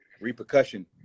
repercussion